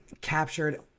captured